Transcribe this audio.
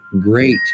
great